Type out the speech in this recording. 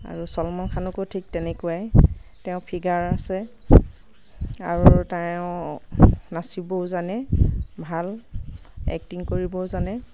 আৰু চলমান খানকো ঠিক তেনেকুৱাই তেওঁৰ ফিগাৰ আছে আৰু তেওঁ নাচিবও জানে ভাল এক্টিং কৰিবও জানে